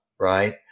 right